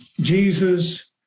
Jesus